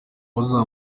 rushanwa